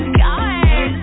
god